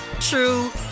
true